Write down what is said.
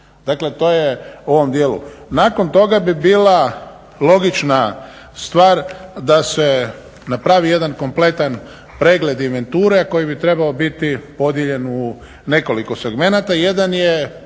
dakle to je u ovom dijelu. Nakon toga bi bila logična stvar da se napravi jedan kompletan pregleda inventura koji bi trebao biti podijeljen u nekoliko segmenta.